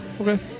Okay